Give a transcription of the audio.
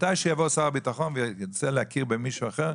לכשיבוא שר הביטחון וירצה להכיר במישהו אחר,